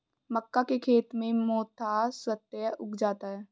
मक्का के खेत में मोथा स्वतः उग जाता है